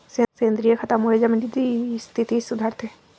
सेंद्रिय खतामुळे जमिनीची स्थिती सुधारते